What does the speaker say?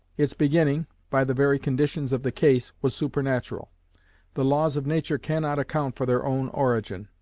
its beginning, by the very conditions of the case, was supernatural the laws of nature cannot account for their own origin.